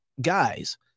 guys